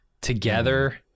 together